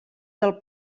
del